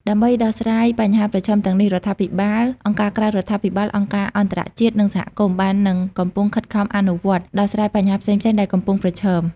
ដើម្បីដោះស្រាយបញ្ហាប្រឈមទាំងនេះ រដ្ឋាភិបាល អង្គការក្រៅរដ្ឋាភិបាល អង្គការអន្តរជាតិ និងសហគមន៍ បាននិងកំពុងខិតខំអនុវត្ត ដោះស្រាយបញ្ហាផ្សេងៗដែលកំពុងប្រឈម។